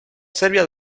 serbia